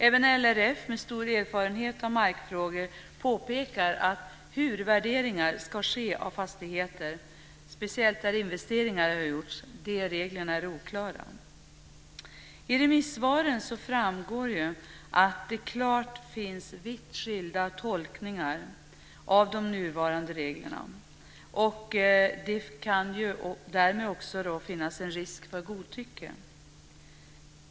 Även LRF, som har stor erfarenhet av markfrågor, påpekar att reglerna för hur värderingar ska ske av fastigheter, speciellt där investeringar har gjorts, är oklara. I remissvaren framgår att det helt klart finns vitt skilda tolkningar av de nuvarande reglerna. Det kan därmed också finnas en risk för godtycke.